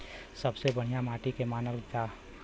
सबसे बढ़िया माटी के के मानल जा?